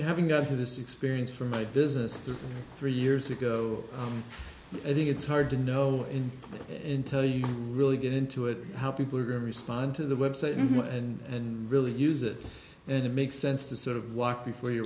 having gone through this experience from my business thirty three years ago i think it's hard to know in intel you really get into it how people are going to respond to the website and really use it and it makes sense to sort of walk before you